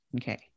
okay